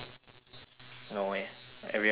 no eh everyone was different age